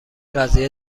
قضیه